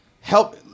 help